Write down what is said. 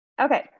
Okay